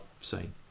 seen